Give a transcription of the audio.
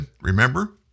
Remember